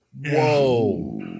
Whoa